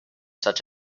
such